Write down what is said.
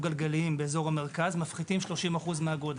גלגליים באזור המרכז מפחיתים 30% מהגודש.